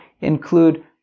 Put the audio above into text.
include